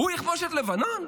הוא יכבוש את לבנון?